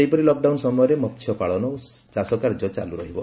ସେହିପରି ଲକ୍ଡାଉନ୍ ସମୟରେ ମହ୍ୟପାଳନ ଓ ଚାଷକାର୍ଯ୍ୟ ଚାଲୁରହିବ